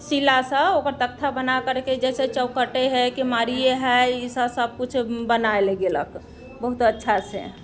शिलासँ ओकर तख्ता बना करके जैसे चौखटे हय केबारिये हय ई सब सबकुछो बनाइ लै गेलक बहुत अच्छासँ